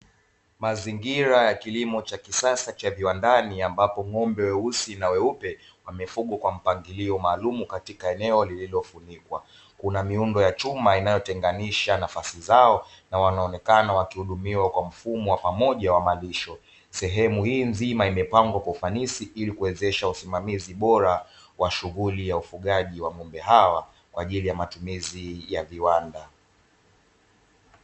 Mazingira ya kilimo cha kisasa cha viwandani ambapo ng'ombe weusi na weupe wamefugwa kwa mpangilio maalumu katika eneo lililo funikwa, kuna miundo ya chuma inayotenganisha nafasi zao na wanaonekana wakihudumiwa kwa mfumo wa pamoja wa malisho. Sehemu hii nzima imepangwa kwa ufanisi ili kuwezesha usimamizi bora wa shughuli ya ufugaji wa ng'ombe hawa kwa ajili ya matumizi ya viwanda.